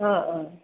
ஆ ஆ